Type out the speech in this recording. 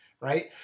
right